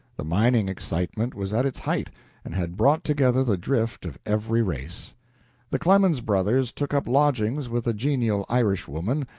the mining excitement was at its height and had brought together the drift of every race the clemens brothers took up lodgings with a genial irishwoman,